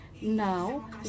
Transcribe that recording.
Now